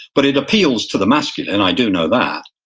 but it appeals to the masculine, i do know that.